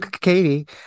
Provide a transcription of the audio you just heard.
katie